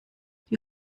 die